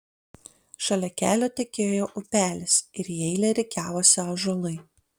šalia kelio tekėjo upelis ir į eilę rikiavosi ąžuolai